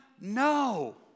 no